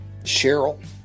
Cheryl